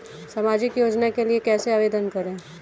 सामाजिक योजना के लिए कैसे आवेदन करें?